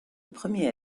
premier